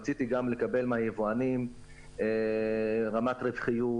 רציתי גם לקבל מהיבואנים רמת רווחיות,